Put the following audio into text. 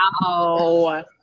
Wow